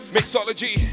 Mixology